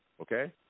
Okay